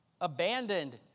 Abandoned